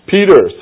Peter